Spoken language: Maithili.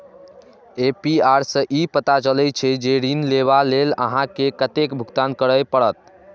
ए.पी.आर सं ई पता चलै छै, जे ऋण लेबा लेल अहां के कतेक भुगतान करय पड़त